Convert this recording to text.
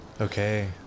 Okay